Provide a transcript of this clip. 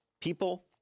People